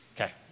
Okay